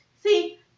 See